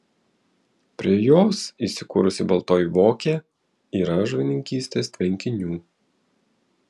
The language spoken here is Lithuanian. prie jos įsikūrusi baltoji vokė yra žuvininkystės tvenkinių